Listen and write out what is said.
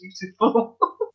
beautiful